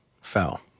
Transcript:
fell